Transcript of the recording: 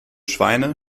schweine